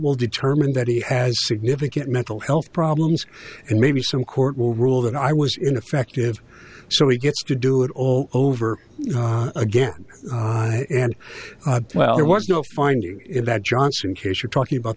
will determine that he has significant mental health problems and maybe some court will rule that i was in affective so he gets to do it all over again and well there was no finding that johnson case you're talking about